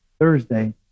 Thursday